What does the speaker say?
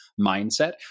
mindset